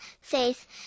faith